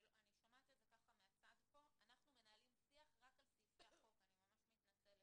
אני ממש מתנצלת.